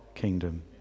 Kingdom